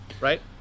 Right